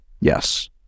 yes